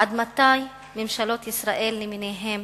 עד מתי ממשלות ישראל למיניהן